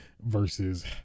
versus